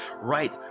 right